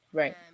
right